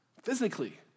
physically